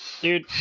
Dude